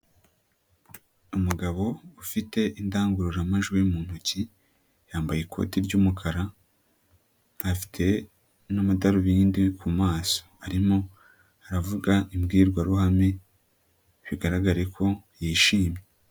Umugabo ufite indangururamajwi mu ntoki, yambaye ikoti ry'umukara, afite n'amadarubindi ku maso, arimo aravuga imbwirwaruhame bigaragare ko yishimye.